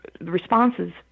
responses